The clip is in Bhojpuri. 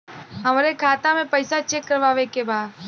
हमरे खाता मे पैसा चेक करवावे के बा?